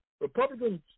Republicans